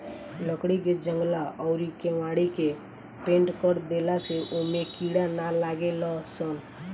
लकड़ी के जंगला अउरी केवाड़ी के पेंनट कर देला से ओमे कीड़ा ना लागेलसन